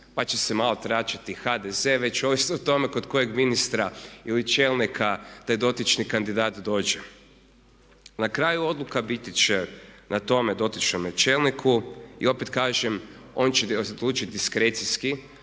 pa će se malo tračati HDZ, već ovisno o tome kod kojeg ministra ili čelnika taj dotični kandidat dođe. Na kraj odluka biti će na tome dotičnome čelniku. I opet kažem on će odlučiti diskrecijski